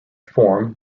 form